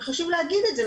וחשוב להגיד את זה,